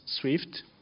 swift